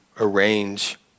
arrange